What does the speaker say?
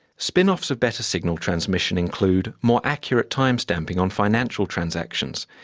spin-offs of better signal transmission include more accurate time-stamping on financial transactions,